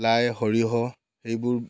লাই সৰিয়হ এইবোৰ